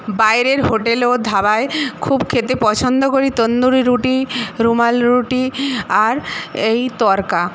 বাইরের হোটেল ও ধাবায় খুব খেতে পছন্দ করি তন্দুরি রুটি রুমালি রুটি আর এই তড়কা